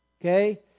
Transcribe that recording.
Okay